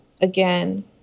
again